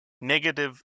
negative